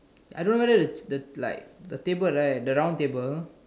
I don't know whether the the like the table right the round table